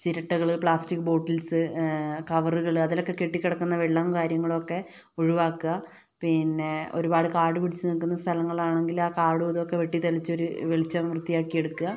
ചിരട്ടകള് plastic bottles കവറുകള് അതിലൊക്കെ കെട്ടികിടക്കുന്ന വെള്ളവും കാര്യങ്ങളൊക്ക ഒഴിവാക്കുക പിന്നെ ഒരുപാട് കാടുപിടിച്ചു നിക്കുന്ന സ്ഥലങ്ങളാണെങ്കിൽ ആ കാടും ഇതൊക്കെ വെട്ടി തെളിച്ചൊരു വെളിച്ചവും വൃത്തിയാക്കി എടുക്കുക